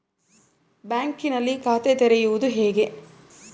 ಬ್ಯಾಂಕಿನಲ್ಲಿ ಖಾತೆ ತೆರೆಯುವುದು ಹೇಗೆ?